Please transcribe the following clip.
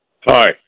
Hi